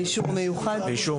באישור מיוחד.